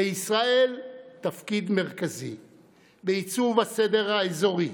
לישראל יש תפקיד מרכזי בעיצוב הסדר האזורי,